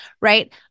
Right